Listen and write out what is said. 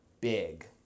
big